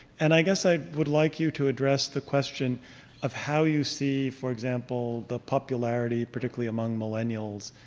and i guess i would like you to address the question of how you see, for example, the popularity, particularly among millennials,